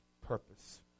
Purpose